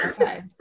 okay